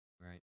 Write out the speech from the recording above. right